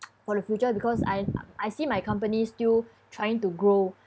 for the future because I I see my company still trying to grow